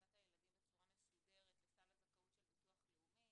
והכנסת הילדים בצורה מסודרת לסל הזכאות של ביטוח לאומי.